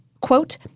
Quote